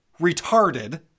retarded